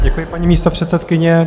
Děkuji, paní místopředsedkyně.